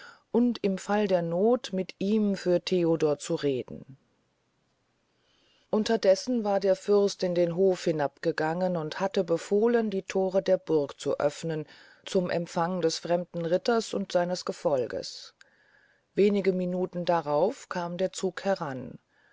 und im fall der noth mit ihm für theodor zu reden unterdes war der fürst in den hof hinabgegangen und hatte befohlen die thore der burg zu öfnen zum empfang des fremden ritters und seines gefolges wenige minuten darauf kam der zug heran